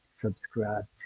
Subscribe